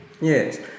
Yes